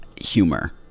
humor